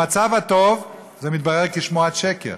במצב הטוב זה מתברר כשמועת שקר,